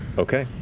okay.